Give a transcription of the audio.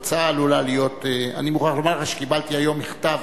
עלולה להיות, אני מוכרח לומר לך שקיבלתי היום מכתב